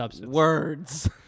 Words